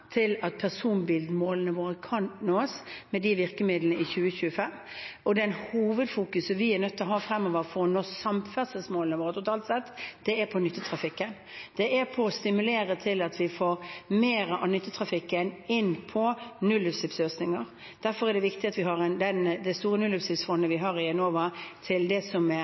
ha fremover for å nå samferdselsmålene våre totalt sett, er på nyttetrafikken – det å stimulere til at vi får mer av nyttetrafikken inn på nullutslippsløsninger. Derfor er det viktig at vi har det store nullutslippsfondet i Enova med midler til det som er